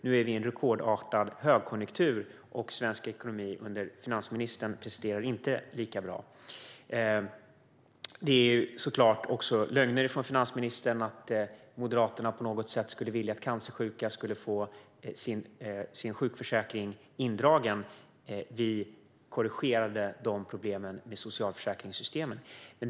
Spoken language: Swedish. Nu är vi inne i en rekordartad högkonjunktur, och svensk ekonomi under finansministern presterar inte lika bra. Det är såklart också lögn från finansministerns sida att Moderaterna skulle vilja att cancersjuka får sin sjukförsäkring indragen. Vi korrigerade de problemen med socialförsäkringssystemet.